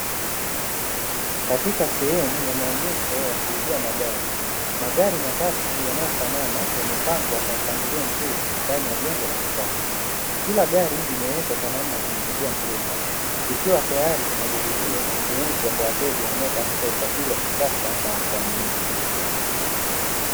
Katika sehemu ya maonyesho ya kuuzia magari, magari matatu yanayofanana yamepangwa kwa mpangilio mzuri ndani ya jengo la kisasa, kila gari limewekwa kwa namna ya kumvutia mteja likiwa tayari kwa majaribio na kuuzwa kwa wateja wanaotafuta usafiri wa kisasa na wa kuaminika.